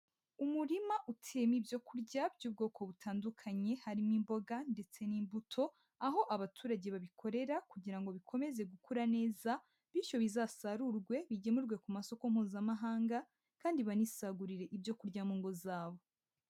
Umurima uteyemo ibyo kurya by'ubwoko butandukanye harimo imboga ndetse n'imbuto, aho abaturage babikorera kugira ngo bikomeze gukura neza, bityo bizasarurwe, bigemurwe ku masoko mpuzamahanga kandi banisagurire ibyo kurya mu ngo zabo.